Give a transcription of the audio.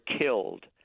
killed